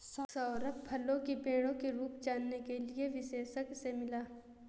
सौरभ फलों की पेड़ों की रूप जानने के लिए विशेषज्ञ से मिला